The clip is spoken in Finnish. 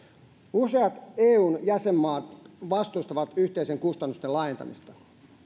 useat eun jäsenmaat vastustavat yhteisten kustannusten laajentamista